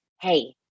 hey